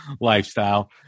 lifestyle